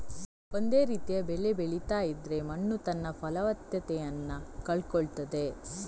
ಒಂದೇ ರೀತಿಯ ಬೆಳೆ ಬೆಳೀತಾ ಇದ್ರೆ ಮಣ್ಣು ತನ್ನ ಫಲವತ್ತತೆಯನ್ನ ಕಳ್ಕೊಳ್ತದೆ